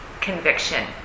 conviction